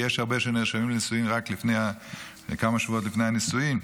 כי יש הרבה שנרשמים לנישואין רק כמה שבועות לפני הנישואין: